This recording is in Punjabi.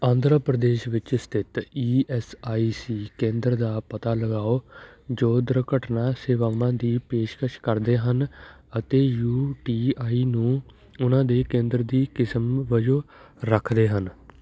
ਆਂਧਰਾ ਪ੍ਰਦੇਸ਼ ਵਿੱਚ ਸਥਿਤ ਈ ਐੱਸ ਆਈ ਸੀ ਕੇਂਦਰ ਦਾ ਪਤਾ ਲਗਾਓ ਜੋ ਦੁਰਘਟਨਾ ਸੇਵਾਵਾਂ ਦੀ ਪੇਸ਼ਕਸ਼ ਕਰਦੇ ਹਨ ਅਤੇ ਯੂ ਟੀ ਆਈ ਨੂੰ ਉਹਨਾਂ ਦੇ ਕੇਂਦਰ ਦੀ ਕਿਸਮ ਵਜੋਂ ਰੱਖਦੇ ਹਨ